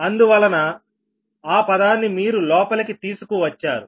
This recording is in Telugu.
అందువలన ఆ పదాన్ని మీరు లోపలికి తీసుకు వచ్చారు